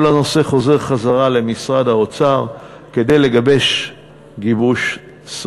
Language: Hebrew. כל הנושא חוזר למשרד האוצר כדי לגבש גיבוש סופי.